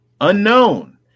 unknown